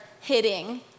hitting